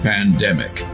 Pandemic